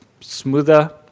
smoother